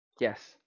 yes